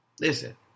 listen